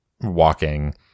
walking